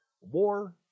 war